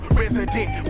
resident